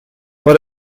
but